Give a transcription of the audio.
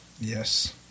Yes